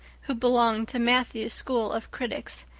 who belonged to matthew's school of critics.